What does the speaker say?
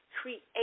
create